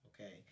okay